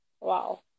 Wow